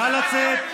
נא לצאת.